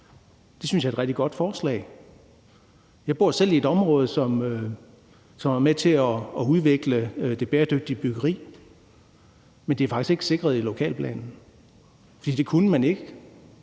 Det synes jeg er et rigtig godt forslag. Jeg bor selv i et område, som er med til at udvikle det bæredygtige byggeri, men det er faktisk ikke sikret i lokalplanen, for det kunne man ikke.